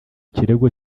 kirego